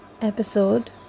episode